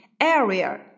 Area